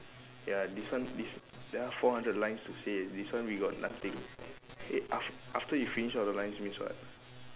ya this one this there are four hundred lines to say this one we got nothing eh af~ after you finish all the lines means what